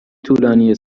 طولانی